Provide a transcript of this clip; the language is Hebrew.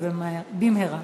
ובמהרה.